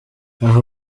aha